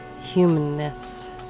humanness